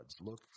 look